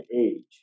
age